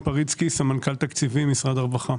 אני סמנכ"ל תקציבים במשרד הרווחה.